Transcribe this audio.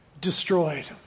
destroyed